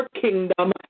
kingdom